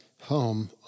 home